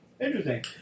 Interesting